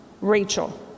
Rachel